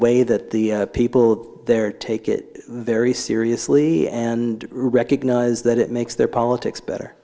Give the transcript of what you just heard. way that the people there take it very seriously and recognize that it makes their politics better